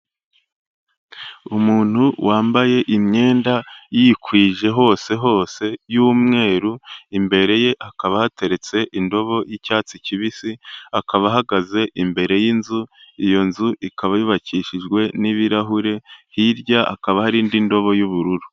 Umuntu wambaye imyenda yikwije hose hose y'umweru, imbere ye hakaba hateretse indobo y'icyatsi kibisi, akaba ahagaze imbere y'inzu, iyo nzu ikaba yubakishijwe n'ibirahure, hirya hakaba hari indi ndobo y'ubururu.